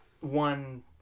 one